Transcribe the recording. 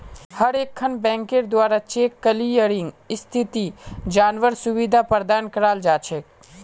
हर एकखन बैंकेर द्वारा चेक क्लियरिंग स्थिति जनवार सुविधा प्रदान कराल जा छेक